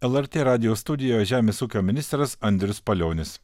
lrt radijo studijoj žemės ūkio ministras andrius palionis